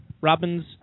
robins